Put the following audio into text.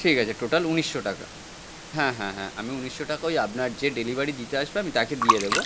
ঠিক আছে টোটাল উনিশশো টাকা হ্যাঁ হ্যাঁ হ্যাঁ আমি উনিশশো টাকা ওই আপনার যে ডেলিভারি দিতে আসবে আমি তাকে দিয়ে দেবো